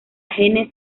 gene